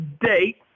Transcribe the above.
date